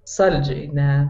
saldžiai ne